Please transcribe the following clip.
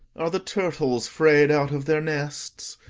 are the turtles fray'd out of their nests?